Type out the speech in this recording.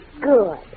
Good